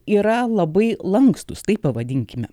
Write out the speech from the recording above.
yra labai lankstūs taip pavadinkime